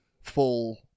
full